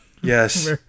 Yes